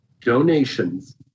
donations